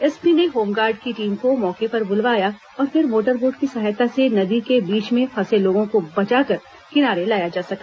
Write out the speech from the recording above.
SP ने home guard की team को मौके पर बुलवाया और फिर मोटरबोट की सहायता से नदी के बीच में फंसे लोगों को बचाकर किनारे लाया जा सका